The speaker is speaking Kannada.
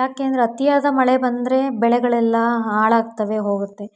ಯಾಕೆಂದರೆ ಅತಿಯಾದ ಮಳೆ ಬಂದರೆ ಬೆಳೆಗಳೆಲ್ಲ ಹಾಳಾಗ್ತವೆ ಹೋಗುತ್ತೆ